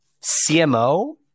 CMO